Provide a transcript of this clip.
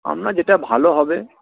আপনার যেটা ভালো হবে